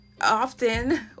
often